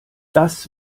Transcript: das